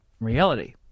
reality